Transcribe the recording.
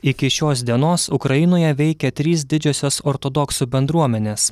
iki šios dienos ukrainoje veikia trys didžiosios ortodoksų bendruomenės